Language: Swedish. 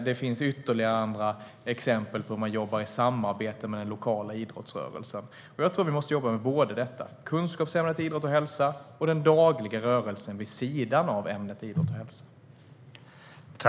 Det finns ytterligare andra exempel på hur man jobbar i samarbete med den lokala idrottsrörelsen. Jag tror att vi måste jobba både med kunskapsämnet idrott och hälsa och den dagliga rörelsen vid sidan av ämnet idrott och hälsa.